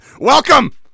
Welcome